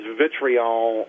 vitriol